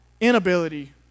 inability